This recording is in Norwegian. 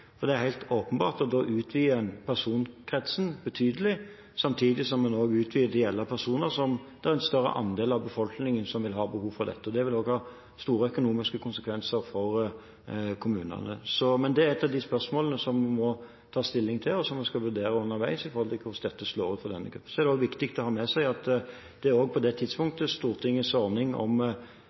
ønskelig. Det er helt åpenbart at da utvider en personkretsen betydelig, samtidig som man også utvider den til å gjelde en større andel av befolkningen som vil ha behov for dette. Det vil også ha store økonomiske konsekvenser for kommunene. Det er et av de spørsmålene som vi må ta stilling til, og som vi skal vurdere underveis med tanke på hvordan dette slår ut for den enkelte. Så er det også viktig å ha med seg at på det tidspunktet opphører Stortingets ordning om